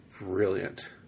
brilliant